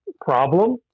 problem